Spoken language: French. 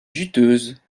juteuse